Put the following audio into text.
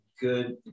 good